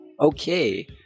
Okay